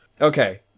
Okay